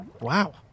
Wow